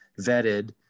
vetted